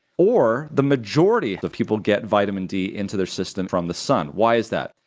or the majority of people get vitamin d into their system from the sun. why is that?